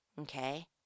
okay